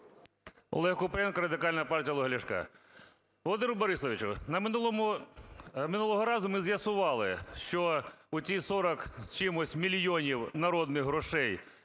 Олег Купрієнко, Радикальна партія Олега Ляшка. Володимиру Борисовичу, минулого разу ми з'ясували, що ті 40 з чимось мільйонів народних грошей,